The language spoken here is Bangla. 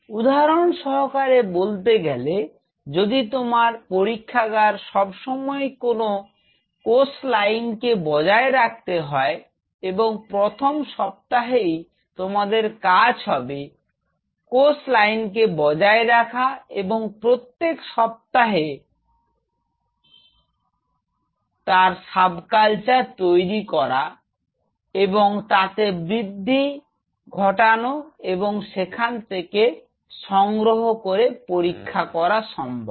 উদাহরণ সহকারে বলতে গেলে যদি তোমার পরীক্ষাগার সব সময় কোন কোষ লাইন কে বজায় রাখতে হয় এবং প্রথম সপ্তাহেই তোমাদের কাজ হবে কোষ লাইনকে বজায় রাখা এবং প্রত্যেক সপ্তাহে সাবকালচার তৈরি করা এবং তাতে বৃদ্ধি ঘটে এবং তারপরেই সেখান থেকে সংগ্রহ করে পরীক্ষা করা সম্ভব